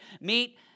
meet